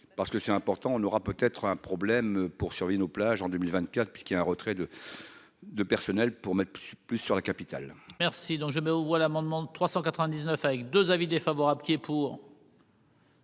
parce que c'est important, on aura peut être un problème pour surveiller nos plages en 2024 puisqu'il a un retrait de de personnel pour mettre plus sur la capitale. Merci donc je mets aux voix l'amendement 399 avec 2 avis défavorable qui est pour.